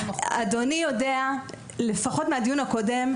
אדוני יודע לפחות מהדיון הקודם,